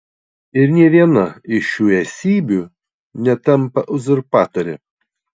ir nė viena iš šių esybių netampa uzurpatore